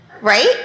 Right